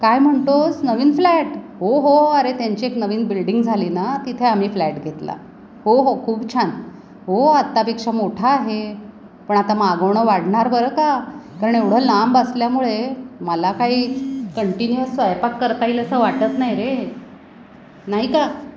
काय म्हणतोस नवीन फ्लॅट हो हो अरे त्यांची एक नवीन बिल्डिंग झाली ना तिथे आम्ही फ्लॅट घेतला हो हो खूप छान हो आतापेक्षा मोठा आहे पण आता मागवणं वाढणार बरं का कारण एवढं लांब असल्यामुळे मला काही कंटिन्यूअस स्वयंपाक करता येईल असं वाटत नाही रे नाही का